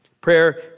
Prayer